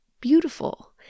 beautiful